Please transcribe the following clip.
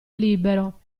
libero